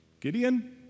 Gideon